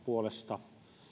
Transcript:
puolestani